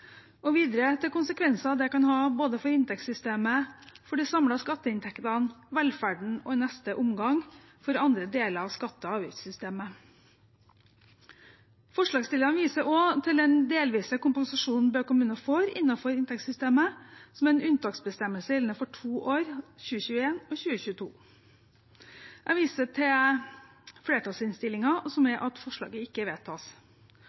og videre til konsekvenser det kan ha både for inntektssystemet, de samlede skatteinntektene, velferden og i neste omgang for andre deler av skatte- og avgiftssystemet. Forslagsstillerne viser også til den delvise kompensasjonen Bø kommune får innenfor inntektssystemet som en unntaksbestemmelse gjeldende for to år, 2021 og 2022. Jeg viser til flertallsinnstillingen, som er at forslaget ikke vedtas.